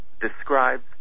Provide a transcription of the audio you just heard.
describes